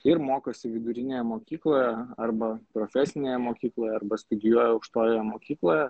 ir mokosi vidurinėje mokykloje arba profesinėje mokykloje arba studijuoja aukštojoje mokykloje